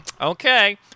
Okay